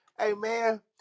Amen